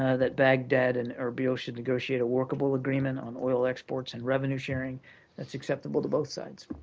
ah that baghdad and erbil should negotiate a workable agreement on oil exports and revenue sharing that's acceptable to both sides.